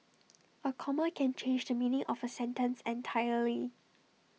A comma can change the meaning of A sentence entirely